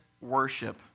worship